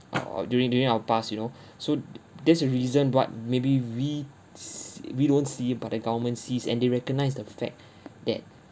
or during during our past you know so t~ there's a reason but maybe we s~ we don't see it but the government sees and they recognize the fact that